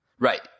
Right